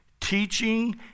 teaching